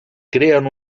creen